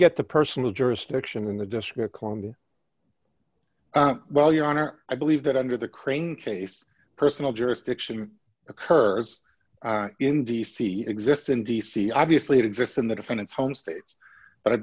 get the personal jurisdiction in the district of columbia well your honor i believe that under the crane case personal jurisdiction occurs in d c exists in d c obviously it exists in the defendant's home states but i